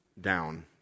down